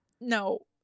no